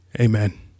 Amen